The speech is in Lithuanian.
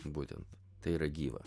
būtent tai yra gyva